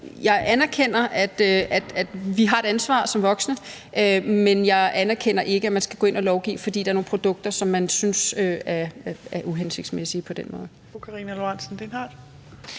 jeg anerkender, at vi har et ansvar som voksne, men jeg anerkender ikke, at man på den måde skal gå ind og lovgive, fordi der er nogle produkter, som man synes er uhensigtsmæssige. Kl.